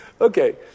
Okay